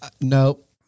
Nope